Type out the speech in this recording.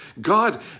God